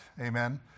Amen